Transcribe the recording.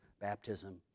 baptism